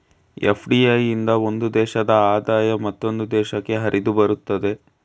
FDI ಇಂದ ಒಂದು ದೇಶದ ಆದಾಯ ಮತ್ತೊಂದು ದೇಶಕ್ಕೆ ಹರಿದುಬರುತ್ತದೆ